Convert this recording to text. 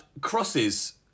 crosses